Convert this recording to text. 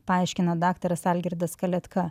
paaiškina daktaras algirdas kaletka